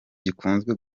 gikunzwe